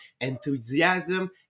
enthusiasm